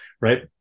right